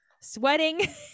sweating